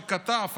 שכתב,